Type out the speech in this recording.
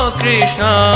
krishna